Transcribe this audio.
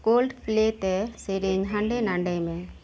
cold ᱯᱞᱮ ᱛᱮ ᱥᱮᱹᱨᱮᱹᱧ ᱦᱟᱸᱰᱮ ᱱᱟᱰᱮᱭ ᱢᱮ